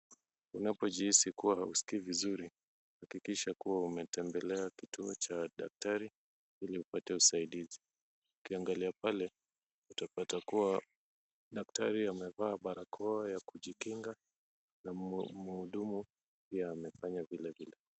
Unapojihisi kuwa huskii vizuri hakikisha kuwa umetembelea kituo cha daktari ili upate usaidizi. Ukiangalia pale utapata kuwa daktari amevaa barakoa ya kujikinga na muhudumu pia amefanya vilevile.